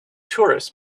tourists